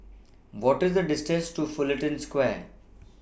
What of The distance to Fullerton Square